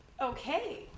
Okay